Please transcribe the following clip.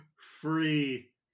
Free